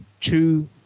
two